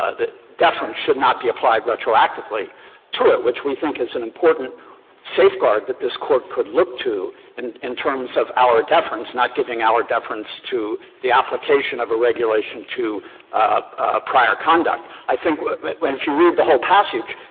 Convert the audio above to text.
ah deference should not be applied retroactively to it, which we think is an important safeguard that this court could look to in terms of auer deference, not giving auer deference to the application of a regulation to prior conduct. i think but but when if you read the whole passage,